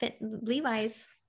Levi's